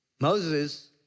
Moses